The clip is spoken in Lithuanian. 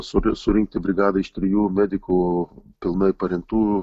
suri surinkti brigadą iš trijų medikų pilnai parengtų